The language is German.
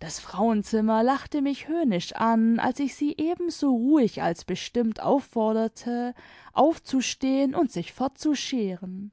das frauenzimmer lachte mich höhnisch an als ich sie ebenso ruhig als bestimmt aufforderte aufzustehen und sich fortzuscheren